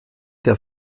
der